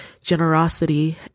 generosity